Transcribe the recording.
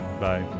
Bye